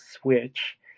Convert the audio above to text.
switch